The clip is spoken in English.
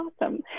awesome